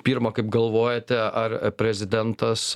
pirma kaip galvojate ar prezidentas